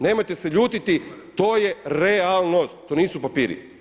Nemojte se ljutiti, to je realnost, to nisu papiri.